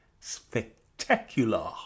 spectacular